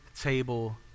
table